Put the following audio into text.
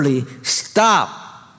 stop